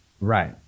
Right